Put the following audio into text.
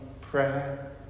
prayer